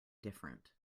different